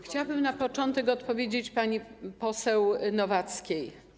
Chciałabym na początek odpowiedzieć pani poseł Nowackiej.